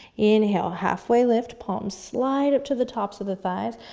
inhale, halfway lift, palms slide up to the tops of the thighs.